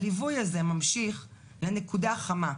הליווי הזה ממשיך לנקודה החמה.